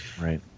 Right